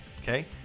okay